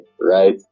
right